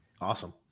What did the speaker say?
Awesome